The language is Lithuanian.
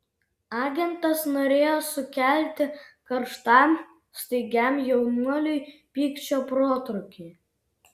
agentas norėjo sukelti karštam staigiam jaunuoliui pykčio protrūkį